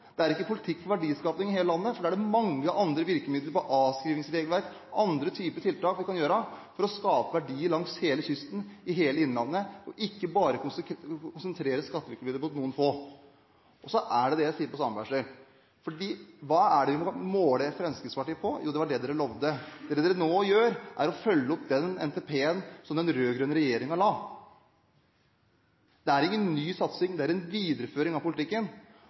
Det er ikke en politikk for verdiskapning i hele landet, for der er det mange andre virkemidler, avskrivningsregler og andre typer tiltak, som vi kan ta i bruk for å skape verdier langs hele kysten, i hele innlandet – og ikke bare konsentrere skattelettene for noen få. Så til det jeg sier om samferdsel: Hva er det vi kan måle Fremskrittspartiet på? Jo, på det de lovte. Det en nå gjør, er å følge opp den NTP-en som den rød-grønne regjeringen la fram. Dette er ingen ny satsing, det er en videreføring av politikken,